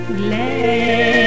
glad